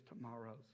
tomorrows